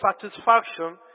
satisfaction